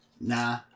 nah